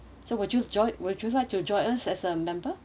so would you join would you like to join us as a member